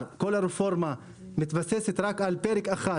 כאשר כל הרפורמה מתבססת רק על פרק אחד,